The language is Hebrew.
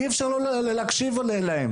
אי אפשר לא להקשיב להם.